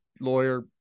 lawyer